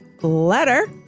Letter